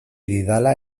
didala